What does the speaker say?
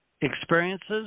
experiences